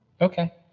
Okay